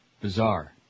bizarre